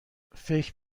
فکر